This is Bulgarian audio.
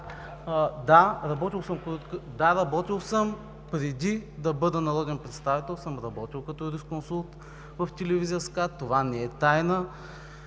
Да, работил съм. Преди да бъда народен представител, съм работил като юрисконсулт в телевизия СКАТ – това не е тайна